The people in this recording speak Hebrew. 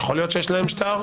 יכול להיות שיש להם שטר.